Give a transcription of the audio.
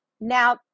now